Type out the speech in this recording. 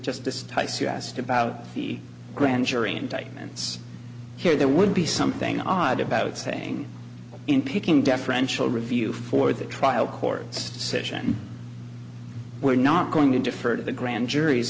so you asked about the grand jury indictments here there would be something odd about saying in picking deferential review for the trial court's decision we're not going to defer to the grand jur